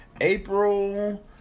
April